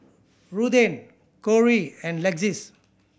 Ruthanne Cori and Lexis